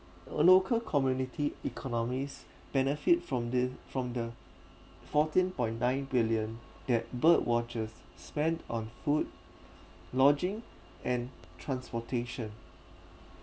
a local community economies benefit from the from the fourteen point nine billion that bird watchers spent on food lodging and transportation